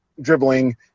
dribbling